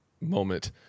Moment